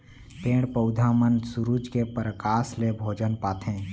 पेड़ पउधा मन सुरूज के परकास ले भोजन पाथें